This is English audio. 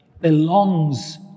belongs